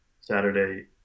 saturday